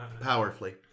powerfully